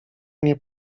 nie